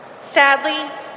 Sadly